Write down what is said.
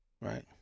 right